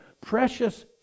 precious